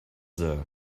there